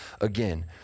again